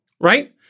right